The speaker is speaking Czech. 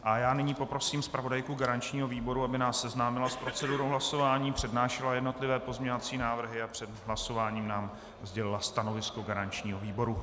A nyní poprosím zpravodajku garančního výboru, aby nás seznámila s procedurou hlasování, přednášela jednotlivé pozměňovací návrhy a před hlasováním nám sdělila stanovisko garančního výboru.